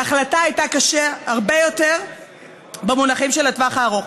ההחלטה הייתה קשה הרבה יותר במונחים של הטווח הארוך.